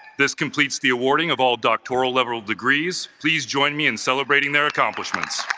this completes the awarding of all doctoral level degrees please join me in celebrating their accomplishments